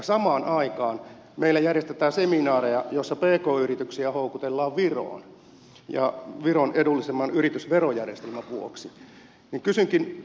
samaan aikaan meillä järjestetään seminaareja joissa pk yrityksiä houkutellaan viroon viron edullisemman yritysverojärjestelmän vuoksi